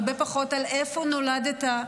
הרבה פחות על איפה נולדת,